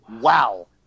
wow